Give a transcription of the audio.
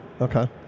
okay